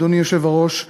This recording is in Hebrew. אדוני היושב-ראש,